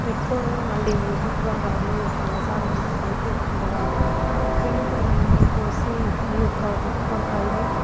పెట్టుకొని మళ్ళీ ఈ గుత్తి వంకాయలో ఈ యొక్క మసాలా అంతా కలిపిన తర్వాత పెనంపైన నూనె పోసి ఈ యొక్క గుత్తి వంకాయని